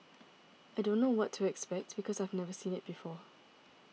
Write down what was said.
I don't know what to expect because I've never seen it before